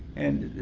and